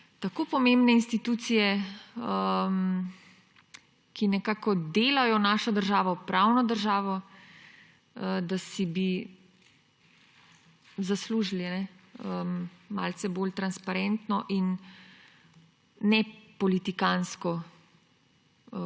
tako pomembne institucije, ki delajo našo državo pravno državo, da bi si zaslužili malce bolj transparentno in nepolitikantsko